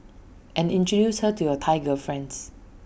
and introduce her to your Thai girlfriends